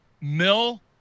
mill